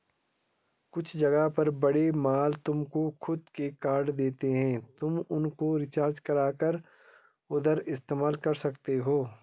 कुछ जगह पर बड़े मॉल तुमको खुद के कार्ड देते हैं तुम उनको रिचार्ज करा कर उधर इस्तेमाल कर सकते हो